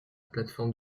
plateforme